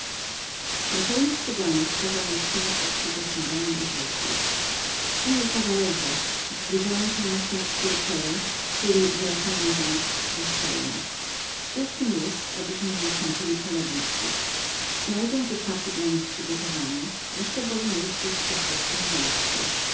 naczelnik cyganów kazał mi przynieść obfite śniadanie i rzekł seor alfonsie zbliżają się nasi nieprzyjaciele czyli wyraźniej mówiąc straż celna słusznem jest abyśmy im ustąpili pola bitwy znajdą tu paki dla nich przygotowane reszta bowiem jest już w bezpiecznem miejscu